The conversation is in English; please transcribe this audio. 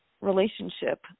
relationship